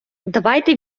давайте